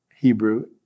Hebrew